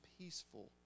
peaceful